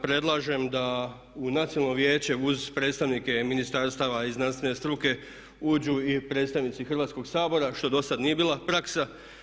Predlažem da u Nacionalno vijeće uz predstavnike ministarstava i znanstvene struke uđu i predstavnici Hrvatskog sabora što do sad nije bila praksa.